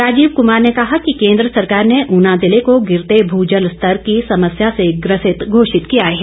राजीव कुमार ने कहा कि केंद्र सरकार ने ऊना जिले को गिरते भूजल स्तर की समस्या से ग्रसित घोषित किया है